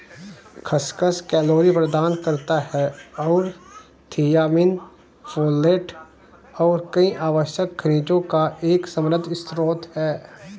खसखस कैलोरी प्रदान करता है और थियामिन, फोलेट और कई आवश्यक खनिजों का एक समृद्ध स्रोत है